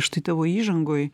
štai tavo įžangoj